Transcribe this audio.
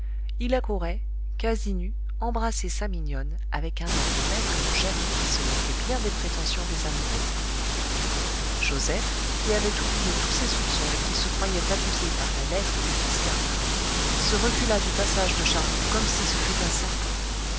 il accourait quasi nu embrasser sa mignonne avec un air de maître et de jaloux qui se moquait bien des prétentions des amoureux joseph qui avait oublié tous ses soupçons et qui se croyait abusé par la lettre du fils carnat se recula du passage de charlot comme si ce fût un serpent